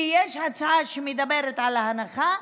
כי יש הצעה שמדברת על ההנחה,